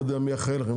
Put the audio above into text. לא יודע מי אחראי עליכם,